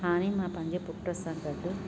हाणे मां पंहिंजे पुट सां गॾु